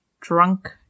drunk